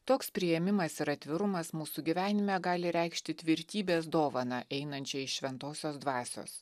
toks priėmimas ir atvirumas mūsų gyvenime gali reikšti tvirtybės dovaną einančią iš šventosios dvasios